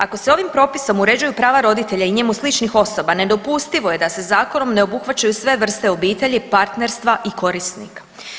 Ako se ovim propisom uređuju prava roditelja i njemu sličnih osoba nedopustivo je da se zakonom ne obuhvaćaju sve vrste obitelji, partnerstva i korisnika.